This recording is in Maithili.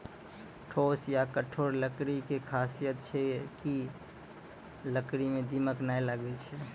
ठोस या कठोर लकड़ी के खासियत छै कि है लकड़ी मॅ दीमक नाय लागैय छै